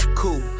cool